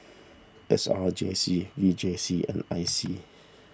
S R J C V J C and I C